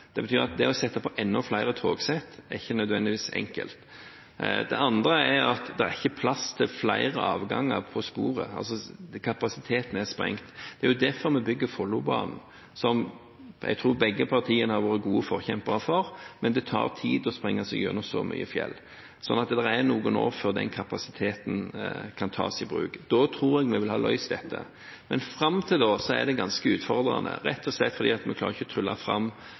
Det betyr at det å sette på enda flere togsett ikke nødvendigvis er enkelt. Det andre er at det ikke er plass til flere avganger på sporet – kapasiteten er sprengt. Det er derfor vi bygger Follobanen, som jeg tror begge partiene har vært gode forkjempere for. Men det tar tid å sprenge seg gjennom så mye fjell, så det tar noen år før den kapasiteten kan tas i bruk. Da tror jeg vi vil ha løst dette. Men fram til da er det ganske utfordrende rett og slett fordi vi ikke klarer å trylle fram